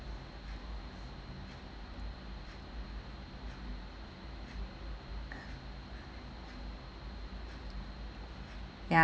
ya